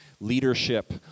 leadership